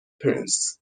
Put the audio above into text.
prince